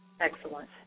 excellent